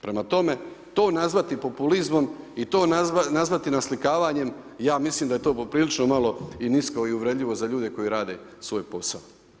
Prema tome, to nazvati populizmom i to nazvati naslikavanjem, ja mislim da je to poprilično malo i nisko i uvredljivo za ljude koji rade svoj posao.